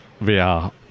VR